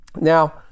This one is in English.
Now